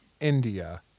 India